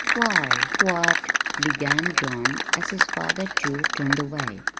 why, what began john, as his father, too, turned away.